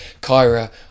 Kyra